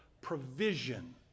provision